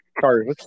Sorry